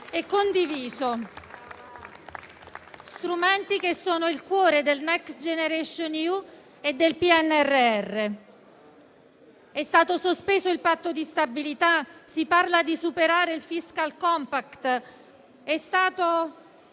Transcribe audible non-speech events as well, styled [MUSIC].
e condiviso, [APPLAUSE] che sono il cuore del Next generation EU e del PNRR. È stato sospeso il patto di stabilità, si parla di superare il *fiscal compact*, è stato